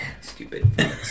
Stupid